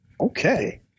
Okay